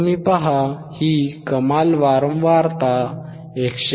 तुम्ही पहा ही कमाल वारंवारता 159